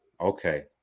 Okay